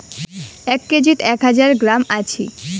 এক কেজিত এক হাজার গ্রাম আছি